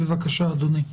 בבקשה, אדוני.